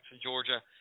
Georgia